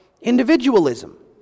individualism